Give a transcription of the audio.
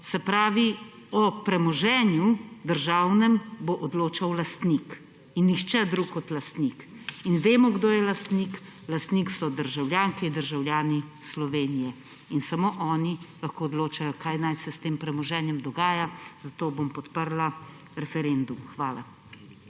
Se pravi, o premoženju državnem bo odločal lastnik in nihče drug kot lastnik. In vemo kdo je lastnik. Lastnik so državljanke in državljani Slovenije. In samo oni lahko odločajo kaj naj se s tem premoženjem dogaja, zato bom podprla referendum. Hvala.